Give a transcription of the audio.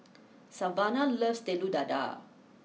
Savannah loves Telur Dadah